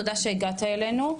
תודה שהגעת אלינו,